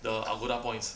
the Agoda points